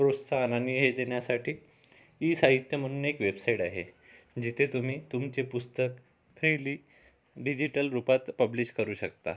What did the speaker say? प्रोत्साहनाने हे देण्यासाठी ई साहित्य म्हणून एक वेबसाइड आहे जेथे तुम्ही तुमचे पुस्तक फ्रिली डिजिटल रूपात पब्लिश करु शकता